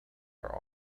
are